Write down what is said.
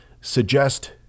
suggest